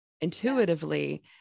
intuitively